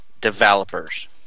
developers